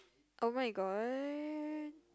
[oh]-my-god